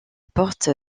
porte